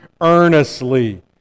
earnestly